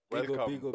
Welcome